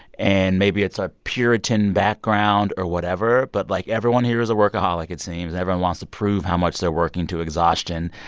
and maybe it's our puritan background or whatever. whatever. but, like, everyone here is a workaholic, it seems. everyone wants to prove how much they're working to exhaustion.